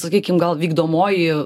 sakykim gal vykdomoji